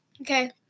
Okay